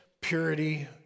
purity